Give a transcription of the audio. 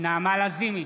נעמה לזימי,